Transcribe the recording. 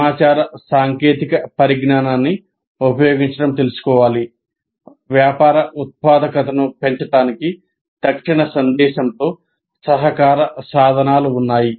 సమాచార సాంకేతిక పరిజ్ఞానాన్ని ఉపయోగించండి వ్యాపార ఉత్పాదకతను పెంచడానికి తక్షణ సందేశంతో సహకార సాధనాలు ఉన్నాయి